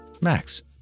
Max